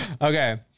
Okay